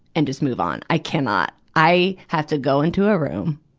and just move on. i cannot. i have to go into a room,